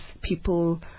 people